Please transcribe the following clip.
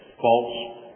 false